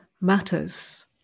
matters